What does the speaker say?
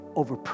over